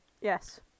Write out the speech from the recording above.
Yes